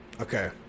Okay